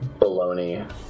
baloney